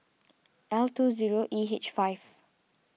L two zero E H five